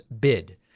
bid